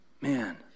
Man